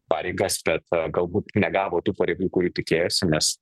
pareigas bet galbūt negavo tų pareigų kurių tikėjosi nes